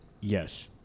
Yes